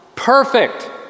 Perfect